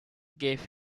gave